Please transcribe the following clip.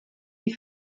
die